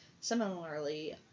similarly